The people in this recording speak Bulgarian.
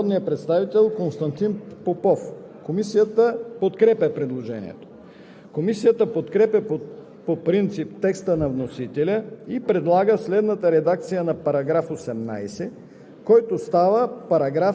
и подкрепя по принцип предложението по т. 1, буква „б“ и по т. 2. Предложение на народния представител Константин Попов. Комисията подкрепя предложението.